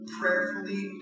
prayerfully